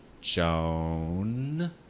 Joan